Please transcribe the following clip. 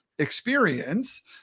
experience